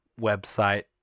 website